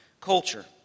culture